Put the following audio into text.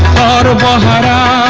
da da da da